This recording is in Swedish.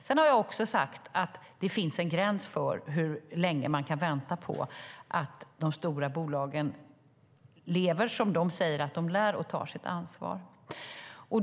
Sedan har jag också sagt att det finns en gräns för hur länge man kan vänta på att de stora bolagen lever som de säger att de lär och tar sitt ansvar.